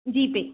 GPay